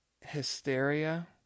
Hysteria